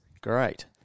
Great